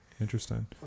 Interesting